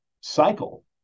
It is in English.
cycle